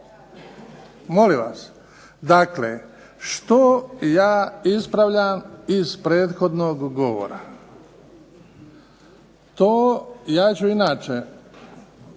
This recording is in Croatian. Molim vas, dakle što ja ispravljam iz prethodnog govora. Ja ću inače